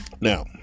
Now